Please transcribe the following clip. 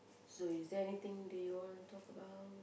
so is there anything do you wanna talk about